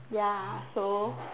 ya so